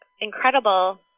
incredible